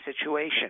situation